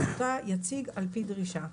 שאותה יציג על פי דרישה.